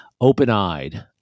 open-eyed